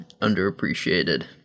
underappreciated